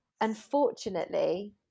unfortunately